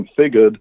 configured